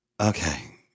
Okay